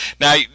now